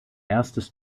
erstes